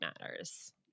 matters